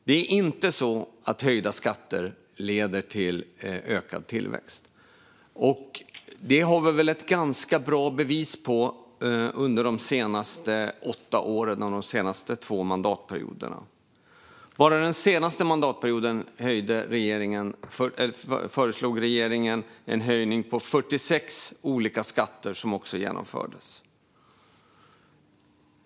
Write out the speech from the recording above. Det är inte så att höjda skatter leder till ökad tillväxt, och det har vi väl sett ganska bra bevis på under de senaste två mandatperioderna. Bara den senaste mandatperioden föreslog den dåvarande regeringen en höjning av 46 olika skatter, något som också genomfördes.